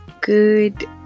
good